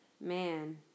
man